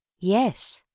yes.